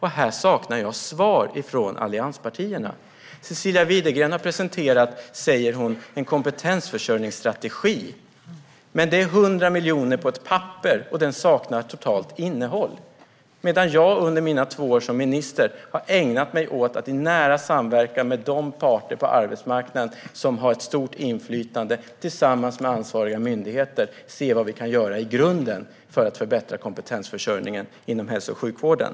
Här saknar jag svar från allianspartierna. Cecilia Widegren har presenterat en kompetensförsörjningsstrategi, säger hon. Men det är 100 miljoner på ett papper, och strategin saknar totalt innehåll. Jag har för min del under mina två år som minister ägnat mig åt att i nära samverkan med de parter på arbetsmarknaden som har ett stort inflytande och tillsammans med ansvariga myndigheter se vad vi i grunden kan göra för att förbättra kompetensförsörjningen inom hälso och sjukvården.